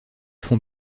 font